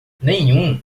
nenhum